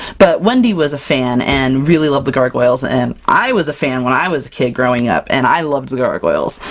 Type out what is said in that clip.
but wendy was a fan, and really loved the gargoyles, and i was a fan when i was a kid growing up, and i loved gargoyles!